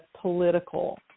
political